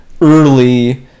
early